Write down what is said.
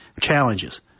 challenges